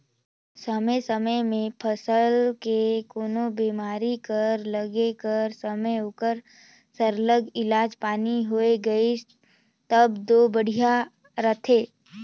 समे समे में फसल के कोनो बेमारी कर लगे कर समे ओकर सरलग इलाज पानी होए गइस तब दो बड़िहा रहथे